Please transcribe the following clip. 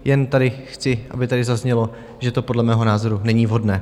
Jen chci, aby tady zaznělo, že to podle mého názoru není vhodné.